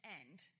end